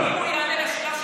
אם הוא יענה על השאלה שלי,